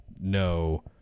no